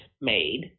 made